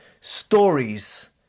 stories